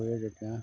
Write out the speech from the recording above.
যেতিয়া